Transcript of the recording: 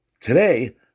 Today